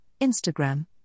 Instagram